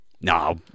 No